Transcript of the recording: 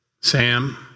Sam